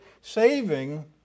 saving